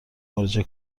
مراجعه